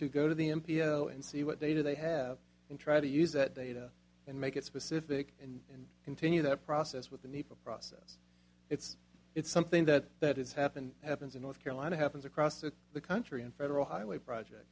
to go to the m p o and see what data they have and try to use that data and make it specific and continue that process with the nepa process it's it's something that that has happened happens in north carolina happens across the country and federal highway project